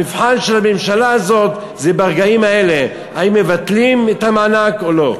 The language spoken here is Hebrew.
המבחן של הממשלה הזאת זה ברגעים האלה: האם מבטלים את המענק או לא.